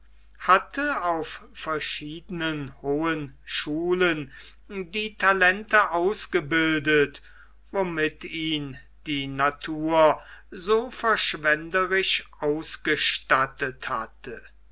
hatte auf verschiedenen hohen schulen die talente ausgebildet womit ihn die natur so verschwenderisch ausgestattet hatte